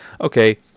okay